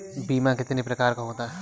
बीमा कितने प्रकार का होता है?